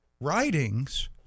writings